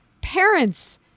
Parents